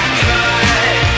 cut